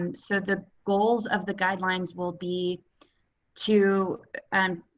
um so the goals of the guidelines will be to and